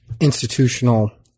institutional